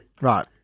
right